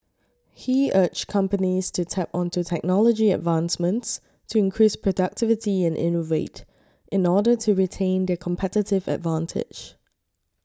he urged companies to tap onto technology advancements to increase productivity and innovate in order to retain their competitive advantage